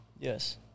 Yes